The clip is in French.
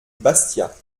bastia